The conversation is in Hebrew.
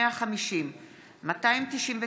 פ/150/23,